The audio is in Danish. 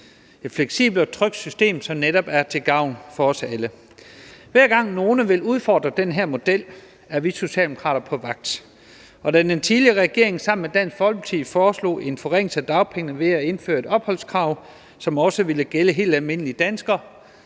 et fleksibelt og trygt system, som netop er til gavn for os alle. Hver gang nogen vil udfordre den her model, er vi Socialdemokrater på vagt, og da den tidligere regering sammen med Dansk Folkeparti foreslog en forringelse af dagpengene ved at indføre et opholdskrav, som også ville gælde helt almindelige danskere,